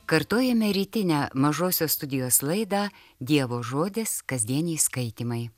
kartojame rytinę mažosios studijos laidą dievo žodis kasdieniai skaitymai